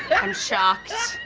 i'm shocked.